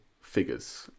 figures